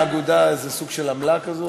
גובים מהאגודה איזה סוג של עמלה כזו?